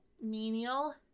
menial